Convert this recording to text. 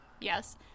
yes